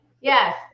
Yes